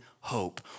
hope